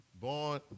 Born